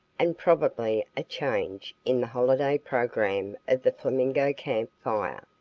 and probably a change, in the holiday program of the flamingo camp fire.